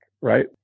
right